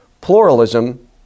pluralism